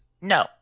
No